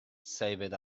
saved